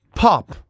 pop